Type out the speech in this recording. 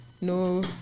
No